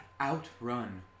outrun